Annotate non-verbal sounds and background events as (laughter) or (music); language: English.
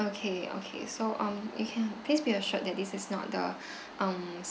okay okay so um you can please be assured that this is not the (breath) um